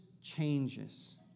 changes